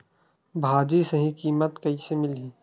भाजी सही कीमत कइसे मिलही?